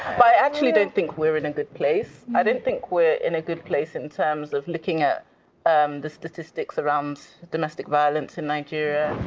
i actually don't think we're in a good place. i don't think we're in a good place in terms of looking at the statistics around domestic violence in nigeria,